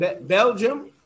Belgium